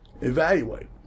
evaluate